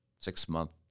six-month